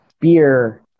beer